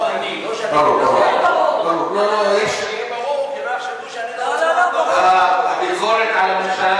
ברור שמי שמחליט על עמדת הממשלה